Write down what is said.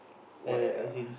what air